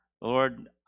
Lord